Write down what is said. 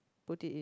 put it in